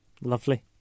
Lovely